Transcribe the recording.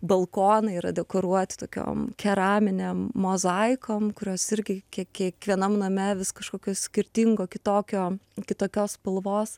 balkonai yra dekoruoti tokiom keraminėm mozaikom kurios irgi kiekvienam name vis kažkokios skirtingo kitokio kitokios spalvos